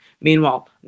Meanwhile